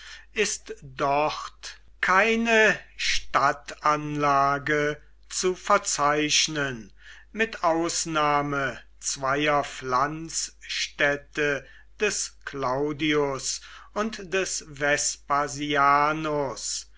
ist dort keine stadtanlage zu verzeichnen mit ausnahme zweier pflanzstädte des claudius und des